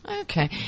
Okay